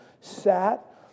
sat